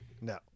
No